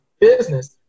business